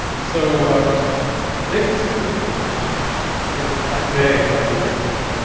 so they too were were sort of at bay by the end of